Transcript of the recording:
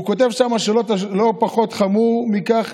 הוא כתב שם שלא פחות חמור מכך,